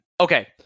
Okay